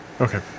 Okay